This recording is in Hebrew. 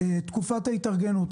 תקופת ההתארגנות.